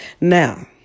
Now